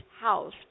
house